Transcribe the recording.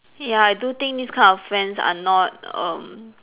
ya I do think this kind of friends are not um